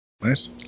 nice